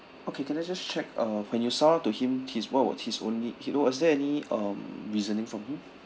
okay can I just check uh when you sound out to him his what were his only he was there any um reasoning from him